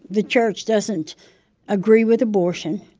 the church doesn't agree with abortion.